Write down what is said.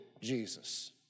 Jesus